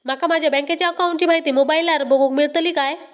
माका माझ्या बँकेच्या अकाऊंटची माहिती मोबाईलार बगुक मेळतली काय?